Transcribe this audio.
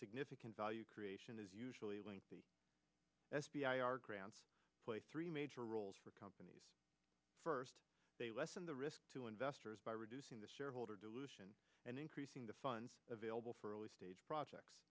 significant value creation is usually lengthy s v r grants play three major roles for companies first they lessen the risk to investors by reducing the shareholder dilution and increasing the funds available for early stage projects